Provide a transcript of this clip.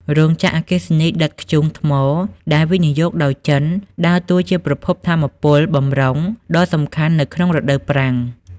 រោងចក្រអគ្គិសនីដុតធ្យូងថ្មដែលវិនិយោគដោយចិន ដើរតួជាប្រភពថាមពលបម្រុងដ៏សំខាន់នៅក្នុងរដូវប្រាំង។